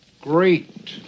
Great